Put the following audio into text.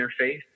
interface